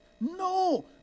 No